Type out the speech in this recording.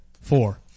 Four